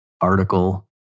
article